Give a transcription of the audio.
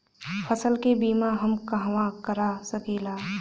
फसल के बिमा हम कहवा करा सकीला?